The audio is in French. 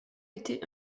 été